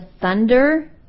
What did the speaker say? thunder